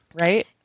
right